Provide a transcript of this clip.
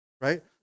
right